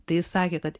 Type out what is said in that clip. tai jis sakė kad